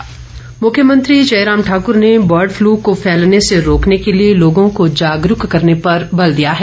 बर्डफ ल मुख्यमंत्री जयराम ठाकूर ने बर्डफ्लू को फैलने से रोकने के लिए लोगों को जागरूक करने पर बल दिया है